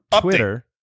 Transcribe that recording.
twitter